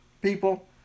people